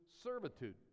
servitude